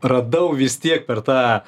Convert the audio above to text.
radau vis tiek per tą